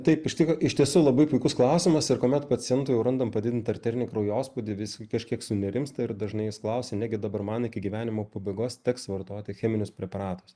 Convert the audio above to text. taip iš tikro iš tiesų labai puikus klausimas ir kuomet pacientui jau randam padidintą arterinį kraujospūdį vis kažkiek sunerimsta ir dažnai jis klausia negi dabar man iki gyvenimo pabaigos teks vartoti cheminius preparatus